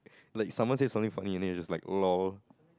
like someone say something funny and then you just like lol